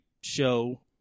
show